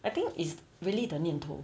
I think it's really the 念头